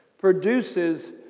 produces